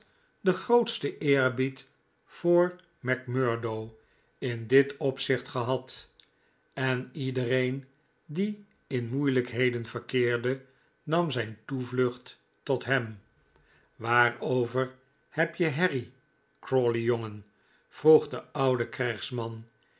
den grootsten eerbied voor macmurdo in dit opzicht gehad en iedereen die in moeilijkheden verkeerde nam zijn toevlucht tot hem waarover heb je herrie crawley jongen vroeg de oude krijgsman